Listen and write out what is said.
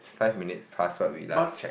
five minutes past what we last check